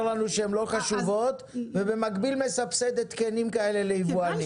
לנו שהן לא חשובות ובמקביל מסבסד התקנים כאלה ליבואנים.